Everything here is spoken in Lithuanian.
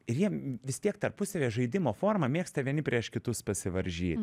ir jiem vis tiek tarpusavio žaidimo forma mėgsta vieni prieš kitus pasivaržyt